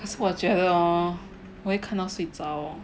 可是我觉得 hor 我一看到睡着